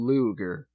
Luger